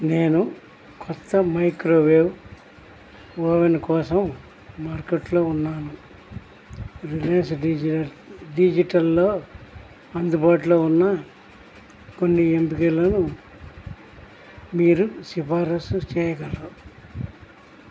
నేను కొత్త microwave oven కోసం మార్కెట్లో ఉన్నాను రిలయన్స్ డిజి డిజిటల్లో అందుబాటులో ఉన్న కొన్ని ఎంపికలను మీరు సిఫార్సు చేయగలరు